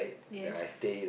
yes